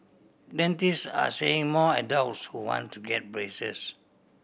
dentists are seeing more adults who want to get braces